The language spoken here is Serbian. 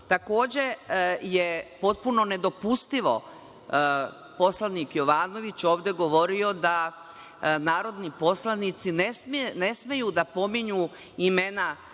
je potpuno nedopustivo, poslanik Jovanović ovde govorio da narodni poslanici ne smeju da pominju imena